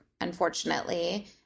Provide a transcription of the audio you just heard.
unfortunately